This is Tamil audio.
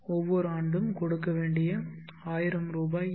ஒவ்வொரு ஆண்டும் கொடுக்க வேண்டிய 1000 ரூபாய் ஏ